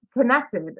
connected